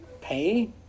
pay